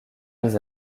les